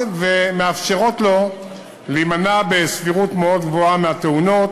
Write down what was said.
ומאפשרים לו להימנע בסבירות מאוד גבוהה מהתאונות.